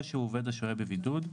או שהוא עובד השוהה בבידוד.